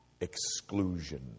exclusion